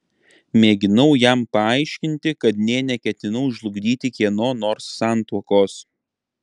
mėginau jam paaiškinti kad nė neketinau žlugdyti kieno nors santuokos